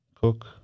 cook